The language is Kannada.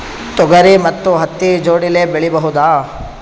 ತೊಗರಿ ಮತ್ತು ಹತ್ತಿ ಜೋಡಿಲೇ ಬೆಳೆಯಬಹುದಾ?